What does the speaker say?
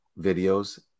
videos